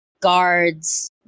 guards